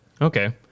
Okay